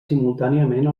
simultàniament